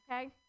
okay